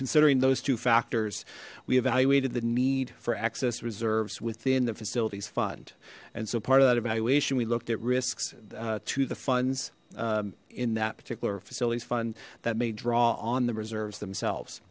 considering those two factors we evaluated the need for access reserves within the facilities fund and so part of that evaluation we looked at risks to the funds in that particular facilities fund that may draw on the reserves themselves